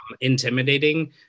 intimidating